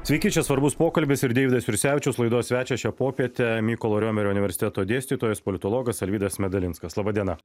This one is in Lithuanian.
sveiki čia svarbus pokalbis ir deividas jursevičius laidos svečias šią popietę mykolo riomerio universiteto dėstytojas politologas alvydas medalinskas laba diena